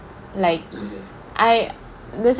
like I